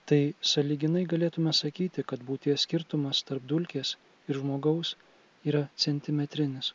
tai sąlyginai galėtume sakyti kad būties skirtumas tarp dulkės ir žmogaus yra centimetrinis